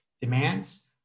demands